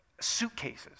suitcases